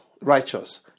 righteous